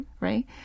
Right